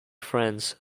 friends